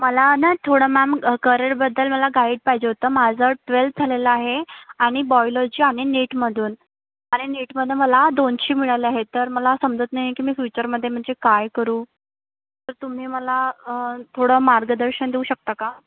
मला ना थोडं मॅम करिअरबद्दल मला गाईड पाहिजे होतं माझं ट्वेल्थ झालेलं आहे आणि बॉयोलॉजी आणि नीटमधून आणि नीटमध्ये मला दोनशे मिळाले आहेत तर मला समजत नाही आहे की मी फ्युचरमध्ये म्हणजे काय करू तर तुम्ही मला थोडं मार्गदर्शन देऊ शकता का